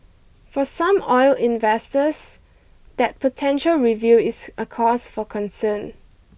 for some oil investors that potential review is a cause for concern